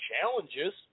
challenges